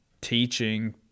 teaching